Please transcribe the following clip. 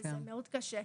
זה מאוד קשה.